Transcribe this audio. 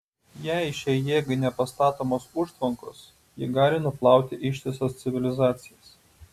jei šiai jėgai nepastatomos užtvankos ji gali nuplauti ištisas civilizacijas